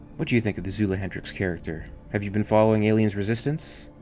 what do you think of the zula hendricks character? have you been following aliens resistance?